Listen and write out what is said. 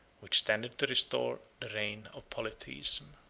which tended to restore the reign of polytheism.